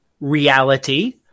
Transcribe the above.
reality